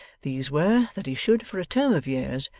these were, that he should, for a term of years,